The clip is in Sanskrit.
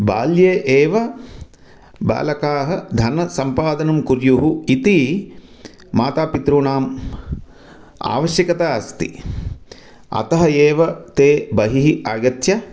बाल्ये एव बालकाः धनसंपादनं कुर्युः इति माता पितॄणाम् आवश्यकता अस्ति अतः एव ते बहिः आगत्य